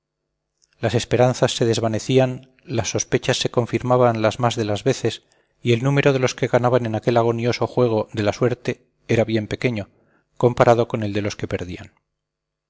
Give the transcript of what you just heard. las esperanzas se desvanecían las sospechas se confirmaban las más de las veces y el número de los que ganaban en aquel agonioso juego de la suerte era bien pequeño comparado con el de los que perdían